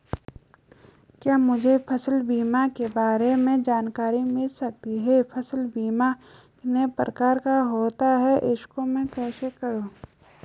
क्या मुझे फसल बीमा के बारे में जानकारी मिल सकती है फसल बीमा कितने प्रकार का होता है इसको मैं कैसे करूँ?